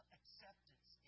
acceptance